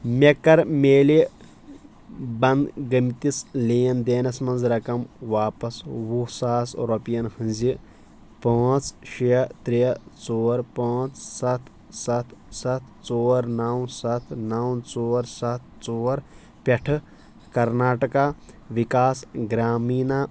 مےٚ کَر میلہِ بنٛد گٔمتِس لین دینَس منٛز رقم واپَس وُہ ساس رۄپین ہنٛزِ پانٛژھ شےٚ ترٛےٚ ژور پانٛژھ سَتھ سَتھ سَتھ ژور نَو سَتھ نَو ژور سَتھ ژور پٮ۪ٹھ کرناٹکہ وِکاس گرٛامیٖنا